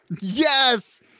Yes